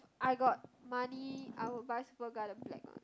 I got money I will buy Superga the black one